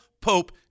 Pope